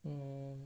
um